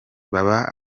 baba